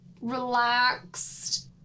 relaxed